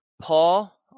Paul